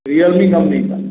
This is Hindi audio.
रीयलमी कंप्नी का